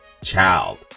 child